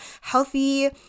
healthy